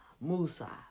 Musa